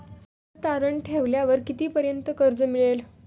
घर तारण ठेवल्यावर कितीपर्यंत कर्ज मिळेल?